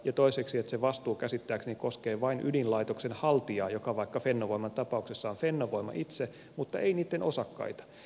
toiseksi se vastuu käsittääkseni koskee vain ydinlaitoksen haltijaa joka vaikka fennovoiman tapauksessa on fennovoima itse mutta ei sen osakkaita